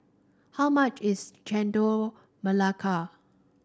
how much is Chendol Melaka